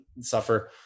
suffer